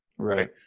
Right